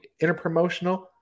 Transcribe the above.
interpromotional